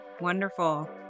Wonderful